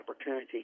opportunity